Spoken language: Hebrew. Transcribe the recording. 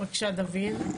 בבקשה דוד.